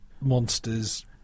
monsters